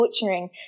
butchering